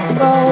go